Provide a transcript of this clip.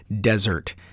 desert